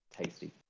tasty